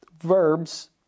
verbs